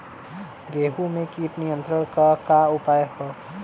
गेहूँ में कीट नियंत्रण क का का उपाय ह?